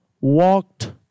walked